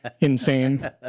insane